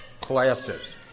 classes